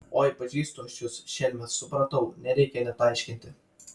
oi pažįstu aš jus šelmes supratau nereikia net aiškinti